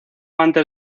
antes